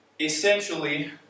essentially